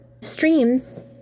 streams